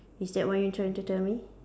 is that what you are trying to tell me